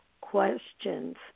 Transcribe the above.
questions